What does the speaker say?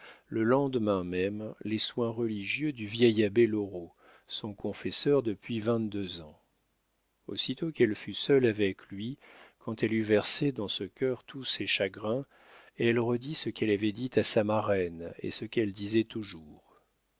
le lendemain même les soins religieux du vieil abbé loraux son confesseur depuis vingt-deux ans aussitôt qu'elle fut seule avec lui quand elle eut versé dans ce cœur tous ses chagrins elle redit ce qu'elle avait dit à sa marraine et ce qu'elle disait toujours